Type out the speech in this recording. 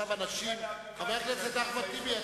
חבר הכנסת אחמד טיבי,